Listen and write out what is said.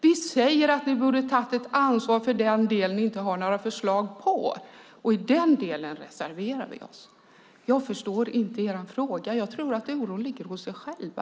Vi säger att ni borde ha tagit ett ansvar för den del ni inte har några förslag om, och i den delen reserverar vi oss. Jag förstår inte er fråga. Jag tror att oron ligger hos er själva.